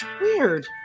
Weird